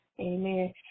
Amen